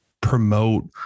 promote